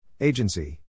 Agency